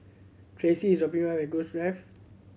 Tressie is dropping me off at Grove Drive